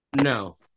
No